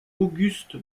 auguste